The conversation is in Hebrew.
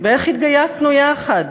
ואיך התגייסנו יחד,